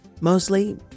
Mostly